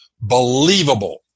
believable